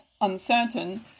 uncertain